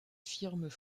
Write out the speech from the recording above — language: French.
firmes